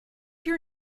your